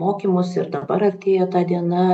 mokymus ir dabar artėja ta diena